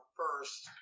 first